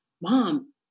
mom